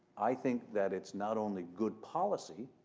i think that it's not only good policy,